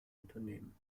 unternehmen